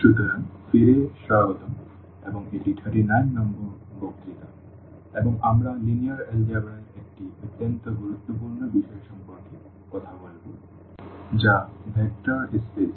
সুতরাং ফিরে স্বাগতম এবং এটি 39 নম্বর বক্তৃতা এবং আমরা লিনিয়ার এলজেবরা এর একটি অত্যন্ত গুরুত্বপূর্ণ বিষয় সম্পর্কে কথা বলব যা ভেক্টর স্পেস